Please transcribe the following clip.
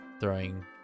throwing